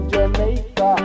Jamaica